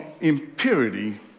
impurity